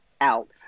out